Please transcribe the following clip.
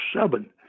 seven